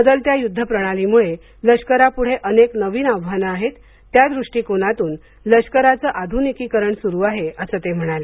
बदलत्या युध्दप्रणालीमुळे लष्करापुढे अनेक नवीन आव्हानं आहेत त्यादृष्टीकोनातून लष्कराचं आधुनिकीकरण सुरु आहे असं ते म्हणाले